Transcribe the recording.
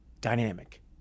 dynamic